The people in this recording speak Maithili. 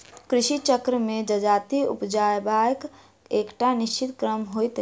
कृषि चक्र मे जजाति उपजयबाक एकटा निश्चित क्रम होइत छै